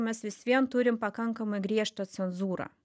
mes vis vien turim pakankamai griežtą cenzūrą